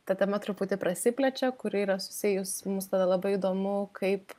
ta tema truputį prasiplečia kuri yra susijusi mums tada labai įdomu kaip